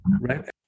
right